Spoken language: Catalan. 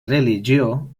religió